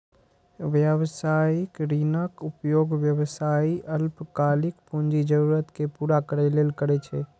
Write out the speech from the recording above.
व्यावसायिक ऋणक उपयोग व्यवसायी अल्पकालिक पूंजी जरूरत कें पूरा करै लेल करै छै